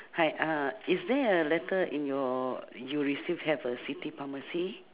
hi uh is there a letter in your you receive a city pharmacy